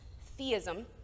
Theism